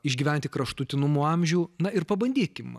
išgyventi kraštutinumų amžių na ir pabandykim